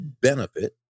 benefit